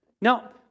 Now